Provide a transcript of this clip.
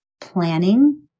planning